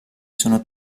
sono